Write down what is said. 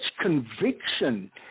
conviction